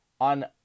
on